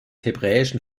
hebräischen